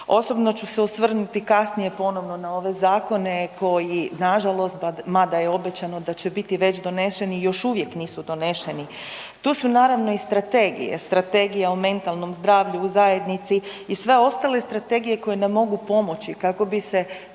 Osobno ću se osvrnuti kasnije ponovno na ove zakone koji nažalost, mada je obećano, da će biti već donešeni, još uvijek nisu donešeni. Tu su, naravno i strategije, strategije o mentalnom zdravlju u zajednici i sve ostale strategije koje nam mogu pomoći kako bi se